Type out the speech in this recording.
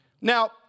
Now